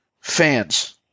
fans